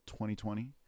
2020